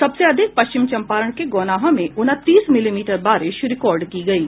सबसे अधिक पश्चिम चम्पारण के गौनाहा में उनतीस मिलीमीटर बारिश रिकॉर्ड की गयी